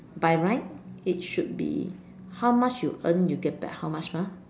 by right it should be how much you earn you get back how much mah